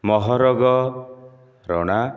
ମହରଗ Rana